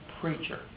preacher